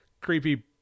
creepy